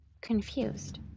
confused